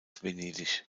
venedig